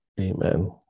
Amen